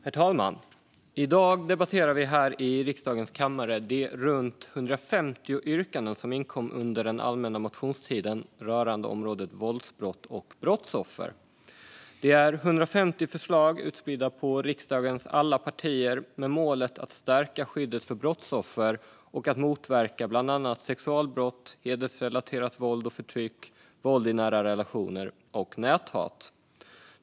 Herr talman! I dag debatterar vi här i riksdagens kammare de runt 150 yrkanden som inkom under den allmänna motionstiden rörande området våldsbrott och brottsoffer. Det är 150 förslag utspridda på riksdagens alla partier med målet att stärka skyddet för brottsoffer och att motverka bland annat sexualbrott, hedersrelaterat våld och förtryck, våld i nära relationer och näthat.